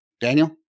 daniel